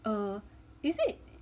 err is it